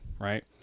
right